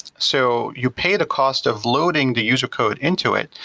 so you pay the cost of loading the user code into it,